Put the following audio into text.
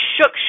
shook